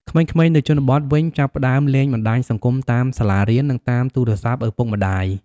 ក្មេងៗនៅជនបទវិញចាប់ផ្ដើមលេងបណ្ដាញសង្គមតាមសាលារៀន និងតាមទូរស័ព្ទឪពុកម្តាយ។